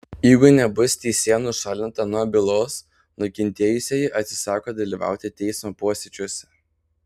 jeigu nebus teisėja nušalinta nuo bylos nukentėjusieji atsisako dalyvauti teismo posėdžiuose